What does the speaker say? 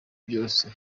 byose